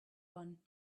one